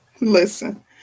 listen